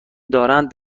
دارند